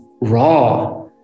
raw